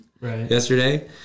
yesterday